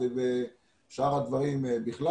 בפרט בתוכנית הזאת ובשאר הדברים בכלל.